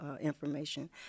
information